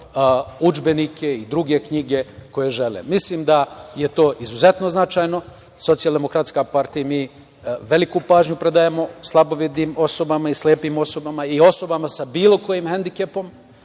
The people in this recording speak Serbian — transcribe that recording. udžbenike i druge knjige koje žele. Mislim da je to izuzetno značajno. Socijaldemokratska partija i mi veliku pažnju predajemo slabovidim osobama i slepim osobama i osobama sa bilo kojim hendikepom,